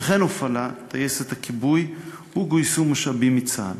וכן הופעלה טייסת הכיבוי וגויסו משאבים מצה"ל.